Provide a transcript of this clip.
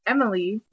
Emily